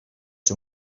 czy